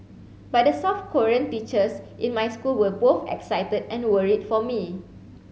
but the South Korean teachers in my school were both excited and worried for me